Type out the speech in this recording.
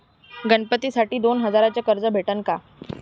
गणपतीसाठी दोन हजाराचे कर्ज भेटन का?